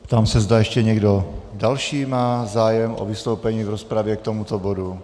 Ptám se, zda ještě někdo další má zájem o vystoupení v rozpravě k tomuto bodu.